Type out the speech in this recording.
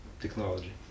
technology